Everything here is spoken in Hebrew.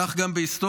כך גם בהיסטוריה,